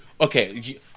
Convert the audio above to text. Okay